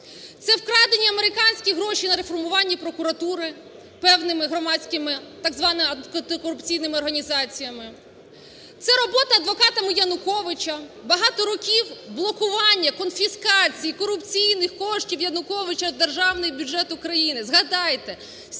це вкрадені американські гроші на реформування прокуратури певними громадськими так званими антикорупційними організаціями, це робота адвокатами Януковича, багато років блокування, конфіскація корупційних коштів Януковича в Державний бюджет України. Згадайте,